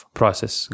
process